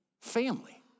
family